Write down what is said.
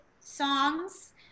songs